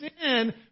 sin